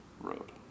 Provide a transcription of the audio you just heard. road